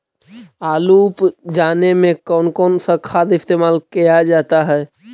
आलू उप जाने में कौन कौन सा खाद इस्तेमाल क्या जाता है?